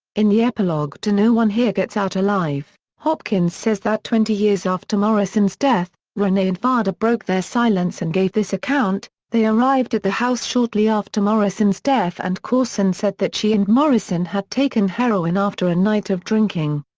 in the epilogue to no one here gets out alive, hopkins says that twenty years after morrison's death, ronay and varda broke their silence and gave this account they arrived at the house shortly after morrison's death and courson said that she and morrison had taken heroin after a night of drinking.